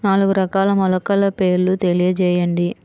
నాలుగు రకాల మొలకల పేర్లు తెలియజేయండి?